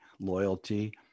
loyalty